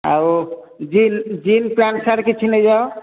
ଆଉ jeans jeans pant shirt କିଛି ନେଇଯାଅ